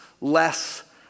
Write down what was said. Less